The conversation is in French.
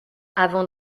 avant